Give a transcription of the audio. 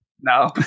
No